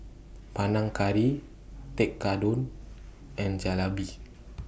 Panang Curry Tekkadon and Jalebi